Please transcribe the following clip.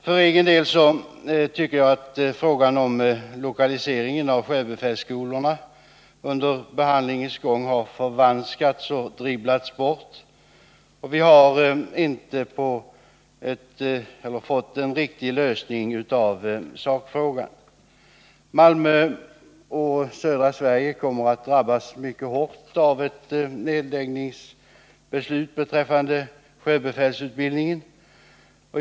För egen del tycker jag att frågan om lokaliseringen av sjöbefälsskolorna under behandlingens gång har förvanskats och dribblats bort, och vi har inte fått en riktig lösning av sakfrågan. Malmö och södra Sverige kommer att drabbas mycket hårt av en nedläggning av sjöbefälsutbildningen.